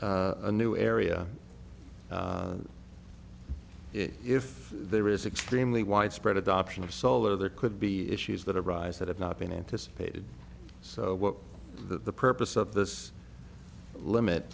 a new area if there is extremely widespread adoption of solar there could be issues that arise that have not been anticipated so what the purpose of this limit